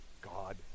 God